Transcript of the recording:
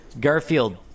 Garfield